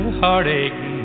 heartache